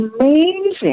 amazing